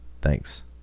Thanks